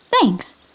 Thanks